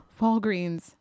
Walgreens